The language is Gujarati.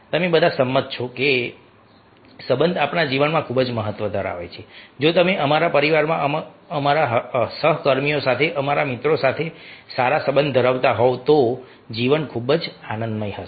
તમે બધા સંમત થશો કે સંબંધ આપણા જીવનમાં ખૂબ મહત્વ ધરાવે છે જો તમે અમારા પરિવારમાં અમારા સહકર્મીઓ સાથે અમારા મિત્રો સાથે સારા સંબંધ ધરાવતા હોવ તો જીવન ખૂબ જ આનંદદાયક હશે